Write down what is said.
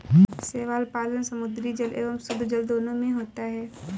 शैवाल पालन समुद्री जल एवं शुद्धजल दोनों में होता है